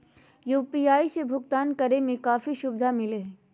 UPI से भुकतान करे में काफी सुबधा मिलैय हइ